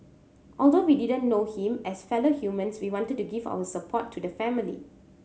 although we didn't know him as fellow humans we wanted to give our support to the family